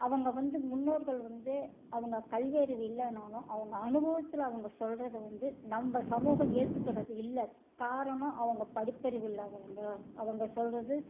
அவங்க வந்து முன்னோர்கள் வந்து அவங்க கல்வி அறிவு இல்லைனாலும் அவங்க அனுபவத்தில் அவங்க சொல்கிறத வந்து நம்ம சமூகம் ஏற்றுக்குறது இல்லை காரணம் அவங்க படிப்பறிவு இல்லாதவங்க அவங்க சொல்கிறது